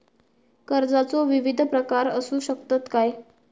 कर्जाचो विविध प्रकार असु शकतत काय?